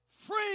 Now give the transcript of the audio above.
Free